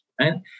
right